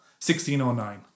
1609